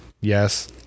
yes